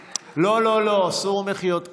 לא, לא, לא, אסור מחיאות כפיים.